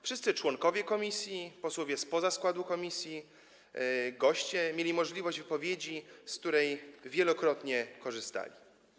Wszyscy członkowie komisji, posłowie spoza składu komisji i goście mieli możliwość wypowiedzi, z której wielokrotnie korzystali.